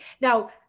Now